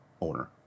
owner